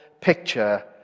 picture